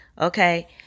Okay